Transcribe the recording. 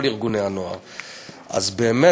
כל ארגוני הנוער באמת,